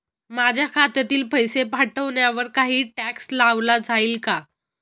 माझ्या खात्यातील पैसे पाठवण्यावर काही टॅक्स लावला जाईल का?